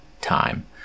time